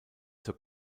zur